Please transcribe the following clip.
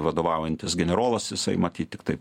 vadovaujantis generolas jisai matyt tiktai